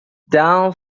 down